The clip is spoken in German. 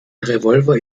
revolver